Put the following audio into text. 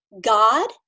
God